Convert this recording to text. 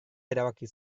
erabaki